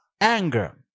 anger